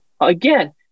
again